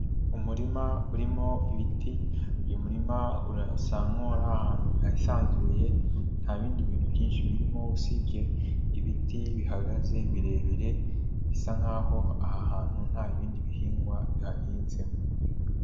Umurima urimo ibiti, uyu murima urasan nk'aho uri ahantu hisanzuye nta bindi bintu byinshi birimo usibye ibiti bihagaze birebire, bisa nk'aho aha hantu nta bindi bihingwa bihahinzemo.